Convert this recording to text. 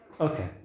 Okay